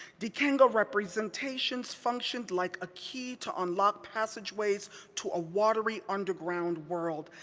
dikenga representations functioned like a key to unlock passageways to a watery underground world,